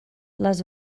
les